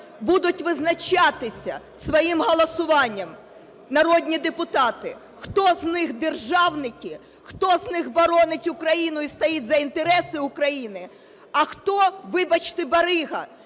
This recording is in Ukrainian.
будуть визначатися своїм голосуванням народні депутати, хто з них державники, хто з них боронить Україну і стоїть за інтереси України, а хто, вибачте, барига,